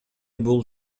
бул